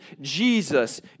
Jesus